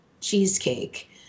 cheesecake